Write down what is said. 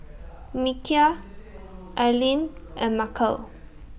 Michial Aileen and Markel